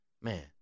Man